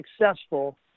successful